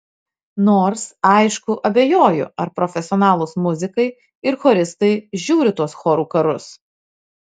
nors aišku abejoju ar profesionalūs muzikai ir choristai žiūri tuos chorų karus